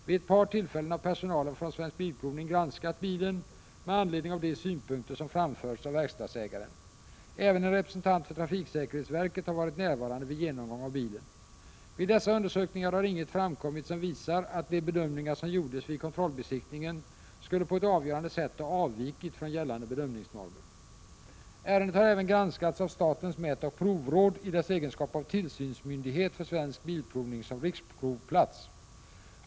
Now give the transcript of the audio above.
Vid ett par tillfällen har personal från Svensk Bilprovning granskat bilen med I anledning av de synpunkter som framförts av verkstadsägaren. Även en representant för trafiksäkerhetsverket har varit närvarande vid en genomgång av bilen. Vid dessa undersökningar har inget framkommit som visar att de bedömningar som gjordes vid kontrollbesiktningen skulle på ett avgörande sätt ha avvikit från gällande bedömningsnormer. Ärendet har även granskats av statens mätoch provråd i dess egenskap av tillsynsmyndighet för Svensk Bilprovning som riksprovplats.